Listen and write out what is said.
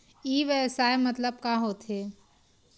ई व्यवसाय मतलब का होथे?